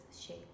shape